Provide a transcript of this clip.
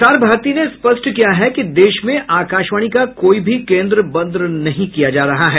प्रसार भारती ने स्पष्ट किया है कि देश में आकाशवाणी का कोई भी केन्द्र बंद नहीं किया जा रहा है